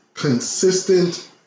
consistent